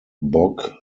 bog